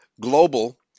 global